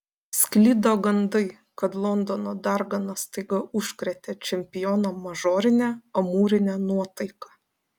sklido gandai kad londono dargana staiga užkrėtė čempioną mažorine amūrine nuotaika